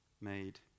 made